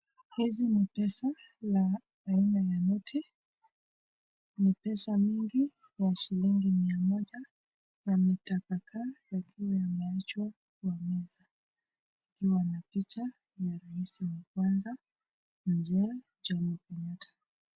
Hizi ni pesa la aina ya noti. Ni pesa mingi ya shilingi mia moja yametapakaa yakiwa yamewekwa kwa meza ikiwa na picha ya rais wa kwanza mzee Jomo Kenyatta.